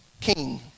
king